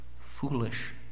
foolish